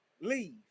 leave